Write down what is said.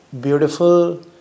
beautiful